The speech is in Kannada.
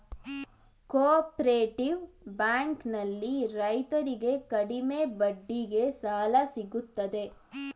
ಕೋಪರೇಟಿವ್ ಬ್ಯಾಂಕ್ ನಲ್ಲಿ ರೈತರಿಗೆ ಕಡಿಮೆ ಬಡ್ಡಿಗೆ ಸಾಲ ಸಿಗುತ್ತದೆ